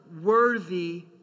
worthy